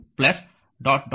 ಆದ್ದರಿಂದ ಅದು v v1 v2